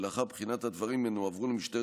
ולאחר בחינת הדברים הן הועברו למשטרת